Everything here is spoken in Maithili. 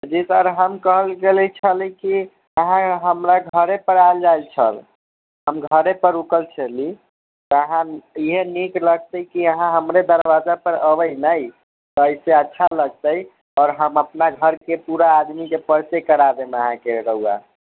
जी सर हम कहलगेलै छलए कि अहाँ हमरा घरेपर आयल जाय छल हम घरेपर रूकल छली तऽ इएह नीक रहते कि अहाँ हमरे दरवाजा पर अबै ने ऐसे अच्छा लगते आओर हम अपनाघरके पूरा आदमीके परिचय करादेब ने रहुआ